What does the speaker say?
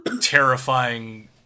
terrifying